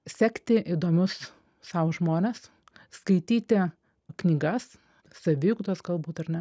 sekti įdomius sau žmones skaityti knygas saviugdos galbūt ar ne